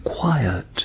quiet